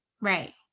Right